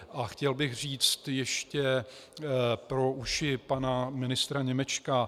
A chtěl bych říct ještě pro uši pana ministra Němečka.